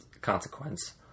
consequence